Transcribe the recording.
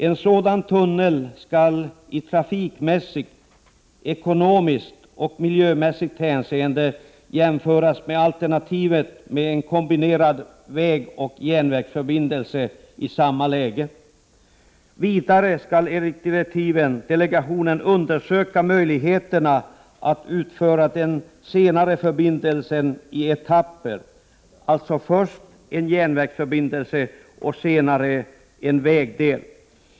En sådan tunnel skall i trafikmässigt, ekonomiskt och miljömässigt hänseende jämföras med alternativet med en kombinerad vägoch järnvägsförbindelse. Vidare skall delegationen enligt direktiven undersöka möjligheterna att utföra den senare förbindelsen i etapper, dvs. först en järnvägsförbindelse och senare en vägdel.